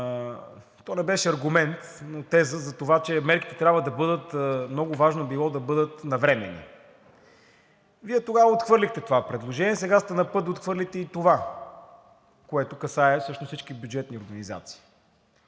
то не беше аргумент, но теза за това, че мерките трябва да бъдат, много важно било да бъдат навременни. Вие тогава отхвърлихте това предложение. Сега сте на път да отхвърлите и това, което касае всъщност всички бюджетни организации.